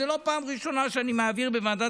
זו לא פעם ראשונה שאני מעביר בוועדת